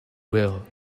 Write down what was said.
will